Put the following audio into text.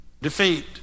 Defeat